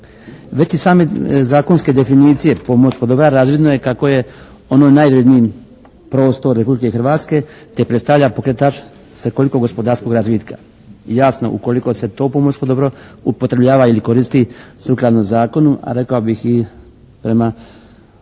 Već i same zakonske definicije pomorskog dobra razvidno je kako je ono najvrjedniji prostor Republike Hrvatske te predstavlja pokretač svekolikog gospodarskog razvitka. Jasno ukoliko se to pomorsko dobro upotrebljava ili koristi sukladno zakonu, a rekao bih i prema